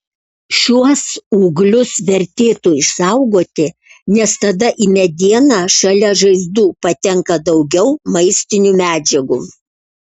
šiuos ūglius vertėtų išsaugoti nes tada į medieną šalia žaizdų patenka daugiau maistinių medžiagų